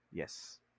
Yes